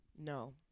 no